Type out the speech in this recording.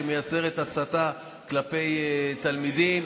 שמייצרת הסתה כלפי תלמידים.